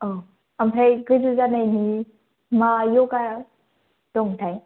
औ ओमफ्राय गोजौ जानायनि मा यगा दंथाय